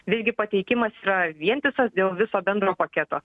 visgi pateikimas yra vientisas dėl viso bendro paketo